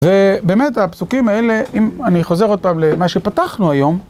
ובאמת הפסוקים האלה, אם אני חוזר עוד פעם למה שפתחנו היום.